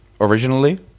originally